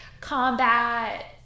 combat